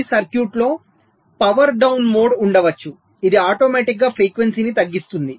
మీ సర్క్యూట్లో power down mode ఉండవచ్చు ఇది ఆటోమేటిక్ గా ఫ్రీక్వెన్సీని తగ్గిస్తుంది